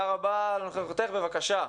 תודה רבה על נוכחותך, בבקשה.